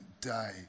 day